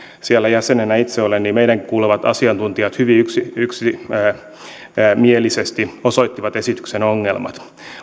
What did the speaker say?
siellä jäsenenä itse olen kuulemat asiantuntijat hyvin yksimielisesti osoittivat esityksen ongelmat